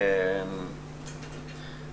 מכללת אמונה בירושלים,